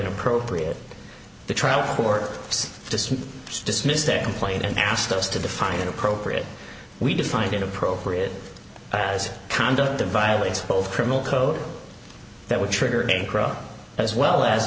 inappropriate the trial for us just dismissed their complaint and asked us to define inappropriate we define inappropriate as conduct violates both criminal code that would trigger as well as